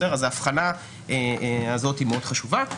ההבחנה הזאת חשובה מאד.